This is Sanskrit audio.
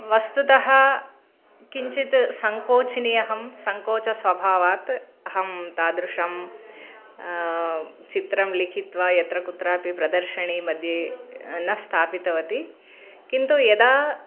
वस्तुतः किञ्चित् सङ्कोचिनी अहं सङ्कोचस्वभावात् अहं तादृशं चित्रं लिखित्वा यत्र कुत्रापि प्रदर्शिनीमध्ये न स्थापितवती किन्तु यदा